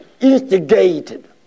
instigated